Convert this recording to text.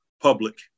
public